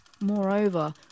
Moreover